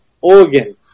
organ